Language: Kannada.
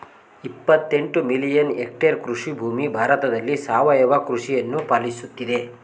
ಇಪ್ಪತ್ತೆಂಟು ಮಿಲಿಯನ್ ಎಕ್ಟರ್ ಕೃಷಿಭೂಮಿ ಭಾರತದಲ್ಲಿ ಸಾವಯವ ಕೃಷಿಯನ್ನು ಪಾಲಿಸುತ್ತಿದೆ